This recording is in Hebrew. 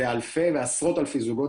זה אלפי ועשרות אלפי זוגות,